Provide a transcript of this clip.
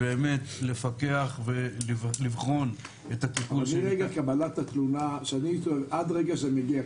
לפקח ולבחון את הטיפול --- מרגע קבלת התלונה עד שזה מגיע,